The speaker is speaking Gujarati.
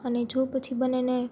અને જો પછી બંનેને